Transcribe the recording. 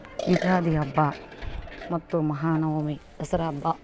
ಯುಗಾದಿ ಹಬ್ಬ ಮತ್ತು ಮಹಾನವಮಿ ದಸರ ಹಬ್ಬ